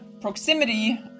proximity